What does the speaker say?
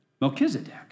Melchizedek